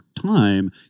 time